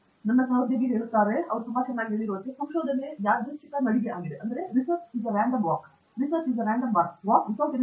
ನನ್ನ ಸಹೋದ್ಯೋಗಿ ಇದ್ದಾನೆ ಅದು ತುಂಬಾ ಚೆನ್ನಾಗಿ ಹೇಳಿದಂತೆ ಸಂಶೋಧನೆ ಯಾದೃಚ್ಛಿಕ ವಾಕ್ ಆಗಿದೆ